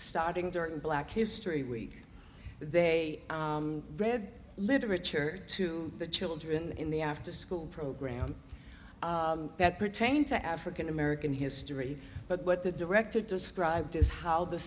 starting during black history week they read literature to the children in the afterschool program that pertain to african american history but what the director described is how the